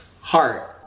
heart